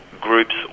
groups